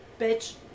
bitch